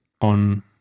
on